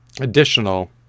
additional